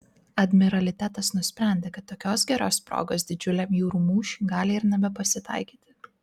admiralitetas nusprendė kad tokios geros progos didžiuliam jūrų mūšiui gali ir nebepasitaikyti